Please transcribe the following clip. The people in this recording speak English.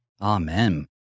Amen